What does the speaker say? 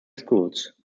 schools